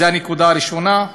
זו הנקודה הראשונה.